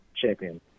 champion